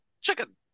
chicken